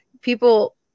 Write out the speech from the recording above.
People